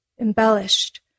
embellished